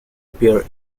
appear